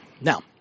now